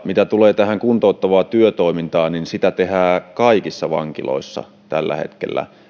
mitä tulee tähän kuntouttavaan työtoimintaan niin sitä tehdään kaikissa vankiloissa tällä hetkellä